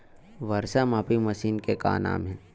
वर्षा मापी मशीन के का नाम हे?